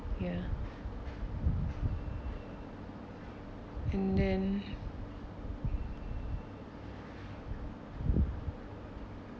ya and then